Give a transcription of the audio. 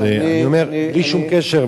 אז אני אומר: בלי שום קשר,